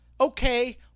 Okay